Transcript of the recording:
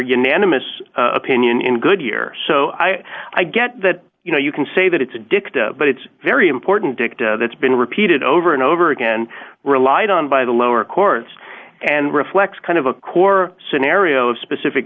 unanimous opinion in goodyear so i i get that you know you can say that it's addictive but it's very important victor that's been repeated over and over again relied on by the lower courts and reflects kind of a core scenario of specific